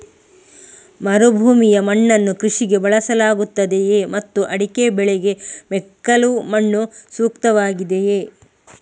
ಮರುಭೂಮಿಯ ಮಣ್ಣನ್ನು ಕೃಷಿಗೆ ಬಳಸಲಾಗುತ್ತದೆಯೇ ಮತ್ತು ಅಡಿಕೆ ಬೆಳೆಗೆ ಮೆಕ್ಕಲು ಮಣ್ಣು ಸೂಕ್ತವಾಗಿದೆಯೇ?